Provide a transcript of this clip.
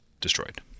destroyed